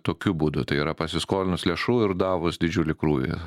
tokiu būdu tai yra pasiskolinus lėšų ir davus didžiulį krūvį